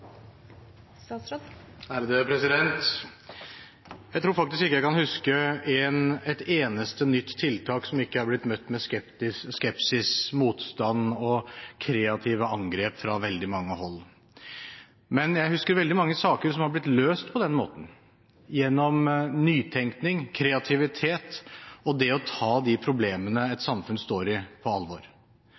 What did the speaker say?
Jeg tror faktisk ikke jeg kan huske et eneste nytt tiltak som ikke er blitt møtt med skepsis, motstand og kreative angrep fra veldig mange hold. Men jeg husker veldig mange saker som er blitt løst på den måten – gjennom nytenkning, kreativitet og det å ta de problemene samfunnet står i, på alvor.